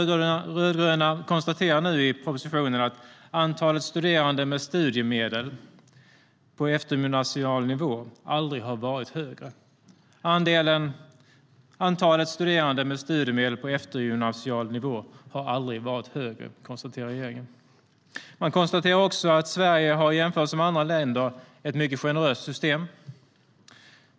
De rödgröna konstaterar i propositionen att antalet studerande med studiemedel på eftergymnasial nivå aldrig har varit högre. Man konstaterar också att Sverige i jämförelse med andra länder har ett mycket generöst system.